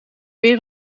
weer